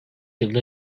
yılda